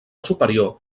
superior